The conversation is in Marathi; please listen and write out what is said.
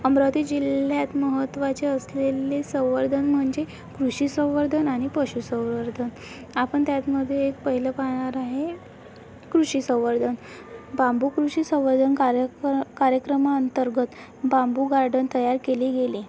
अमरावती जिल्ह्यात महत्त्वाचे असलेले संवर्धन म्हणजे कृषी संवर्धन आणि पशू संवर्धन आपण त्यामध्ये पहिलं पाहणार आहे कृषी संवर्धन बांबू कृषी संवर्धन कार्यक्र कार्यक्रमा अंतर्गत बांबू गार्डन तयार केले गेले